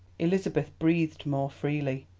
elizabeth breathed more freely.